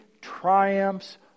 triumphs